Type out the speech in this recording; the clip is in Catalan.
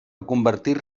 convertir